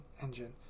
engine